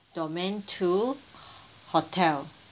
domain two hotel